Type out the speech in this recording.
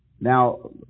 Now